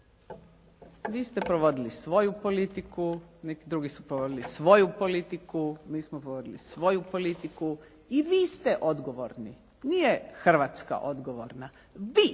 Vi ste provodili svoju politiku. Neki drugi su provodili svoju politiku. Mi smo provodili svoju politiku. I vi ste odgovorni. Nije Hrvatska odgovorna. Vi